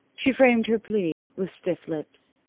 she framed her plea with stiff lips.